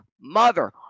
mother